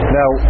now